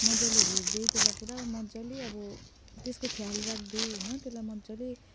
मजाले हेर्दै त्यसलाई पुरा मजाले अब त्यसको ख्याल राख्दै होइन त्यसलाई मजाले